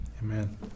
Amen